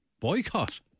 Boycott